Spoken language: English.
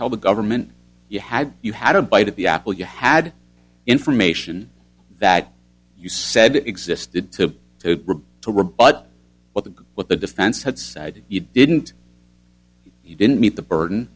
tell the government you had you had a bite of the apple you had information that you said existed to rip to rebut what the defense had said you didn't you didn't meet the burden